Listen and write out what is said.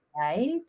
Right